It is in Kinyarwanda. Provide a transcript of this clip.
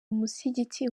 musigiti